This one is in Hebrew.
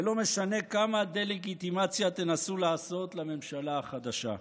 ולא משנה כמה דה-לגיטימציה תנסו לעשות לממשלה החדשה.